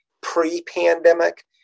pre-pandemic